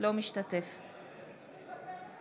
אינו משתתף בהצבעה